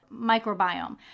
microbiome